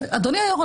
אדוני היו"ר,